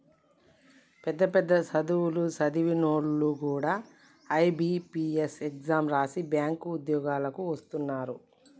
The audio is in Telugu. పెద్ద పెద్ద సదువులు సదివినోల్లు కూడా ఐ.బి.పీ.ఎస్ ఎగ్జాం రాసి బ్యేంకు ఉద్యోగాలకు వస్తున్నరు